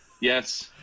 Yes